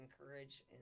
encourage